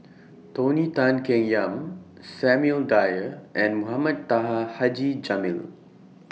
Tony Tan Keng Yam Samuel Dyer and Mohamed Taha Haji Jamil